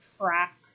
track